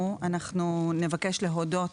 ראשית, נבקש להודות